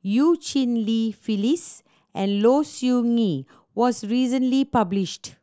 Eu Cheng Li Phyllis and Low Siew Nghee was recently published